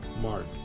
Mark